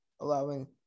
allowing